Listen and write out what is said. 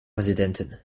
präsidentin